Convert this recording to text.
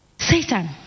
Satan